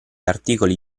articoli